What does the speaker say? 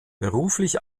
beruflich